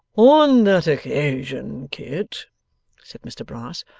on that occasion, kit said mr brass,